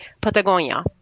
patagonia